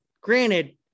granted